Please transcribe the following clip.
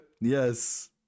yes